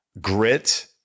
grit